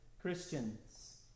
Christians